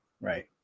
Right